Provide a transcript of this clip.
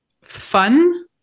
fun